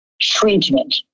treatment